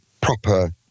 proper